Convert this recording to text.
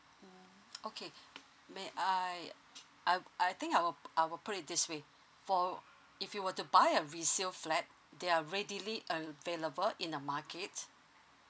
mm okay may I I I think I will I will put it this way for if you were to buy a resale flat they are readily available in a market